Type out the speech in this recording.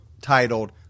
titled